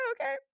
okay